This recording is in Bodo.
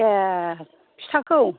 ए फिथाखौ